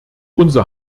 unser